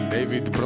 David